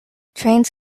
trains